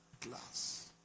glass